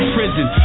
prison